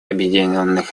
объединенных